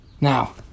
Now